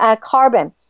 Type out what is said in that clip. carbon